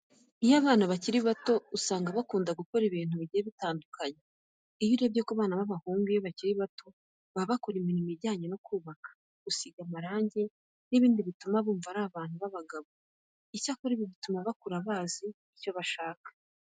Iyo abana bakiri bato usanga bakunda gukora ibintu bigiye bitandukanye. Iyo urebye ku bana b'abahungu iyo bakiri bato baba bakora imirimo ijyanye no kubaka, gusiga amarange n'ibindi bituma bumva ari abantu b'abagabo. Icyakora ibi bituma bakura bazi icyo bashaka.